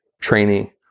training